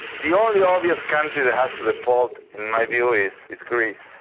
the only obvious country that has to default, in my view, is is greece.